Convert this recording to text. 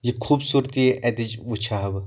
یہِ خوٗبصوٗرتی اتِچ وچھٕ ہا بہٕ